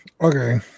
Okay